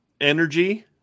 Energy